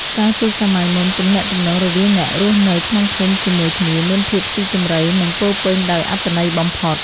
កាលពីសម័យមុន ទំនាក់ទំនងរវាងអ្នករស់នៅក្នុងភូមិជាមួយគ្នាមានភាពស៊ីជម្រៅ និងពោរពេញដោយអត្ថន័យបំផុត។